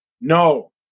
No